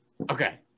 okay